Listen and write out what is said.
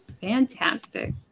Fantastic